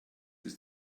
ist